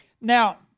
Now